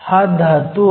हा धातू आहे